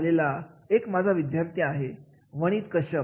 झालेला माझा एक विद्यार्थी आहे वनित कश्यप